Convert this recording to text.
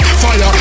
fire